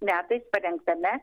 metais parengtame